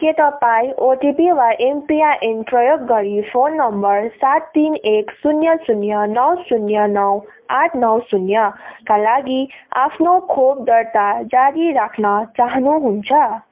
के तपाईँँ ओटिपी वा एमपिआइएन प्रयोग गरी फोन नम्बर सात तिन एक शून्य शून्य नौ शून्य नौ आठ नौ शून्य का लागि आफ्नो खोप दर्ता जारी राख्न चाहनुहुन्छ